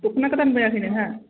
दखना गोदान बायाखै नोंहा